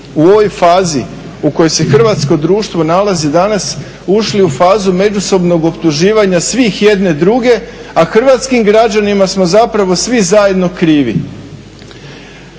u ovoj fazi u kojoj se hrvatsko društvo nalazi danas ušli u fazu međusobnog optuživanja svih jedne druge a hrvatskim građanima smo zapravo svi zajedno krivi.